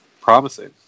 promising